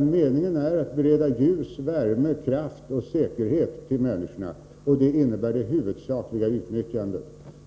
Meningen är ju att bereda människorna ljus, värme, kraft och säkerhet. Det innebär det huvudsakliga utnyttjandet.